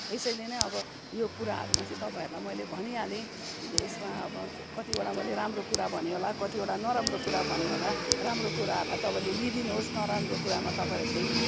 यसैले नै अब यो कुराहरूमा चाहिँ तपाईँहरूलाई मैले भनिहालेँ यसमा अब कतिवटा मैले राम्रो कुरा भने होला कतिवटा नराम्रो कुरा भने होला राम्रो कुराहरूई तपाईँले लिइदिनुहोस् नराम्रो कुराहरूमा तपाईँले